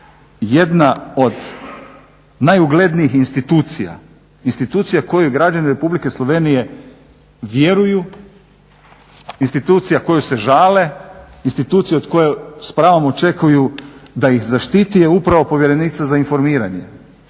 jedna od najuglednijih institucija, institucija koju građani Republike Slovenije vjeruju, institucija kojoj se žale, institucija od koje s pravom očekuju da ih zaštiti je upravo povjerenica za informiranje